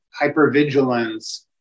hypervigilance